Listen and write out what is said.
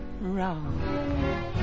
wrong ¶